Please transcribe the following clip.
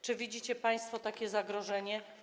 Czy widzicie państwo takie zagrożenie?